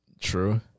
True